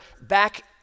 back